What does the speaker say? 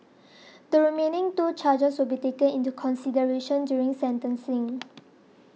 the remaining two charges will be taken into consideration during sentencing